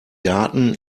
garten